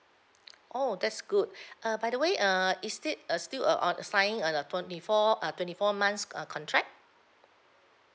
oh that's good uh by the way uh is it uh still uh on uh signing an a twenty four uh twenty four months uh contract